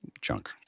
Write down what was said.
junk